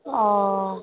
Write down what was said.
ও